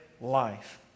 life